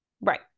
Right